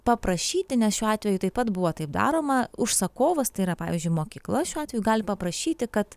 paprašyti nes šiuo atveju taip pat buvo taip daroma užsakovas tai yra pavyzdžiui mokykla šiuo atveju gali paprašyti kad